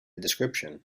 description